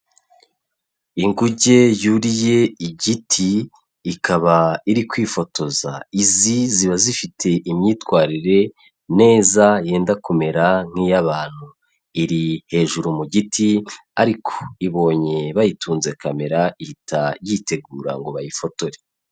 Inguge yuriye igiti ikaba iri kwifotoza. Izi ziba zifite imyitwarire neza yenda kumera nk'iya abantu. Iri hejuru mu giti ariko ibonye bayitunze camera ihita yitegura ngo bayifotore.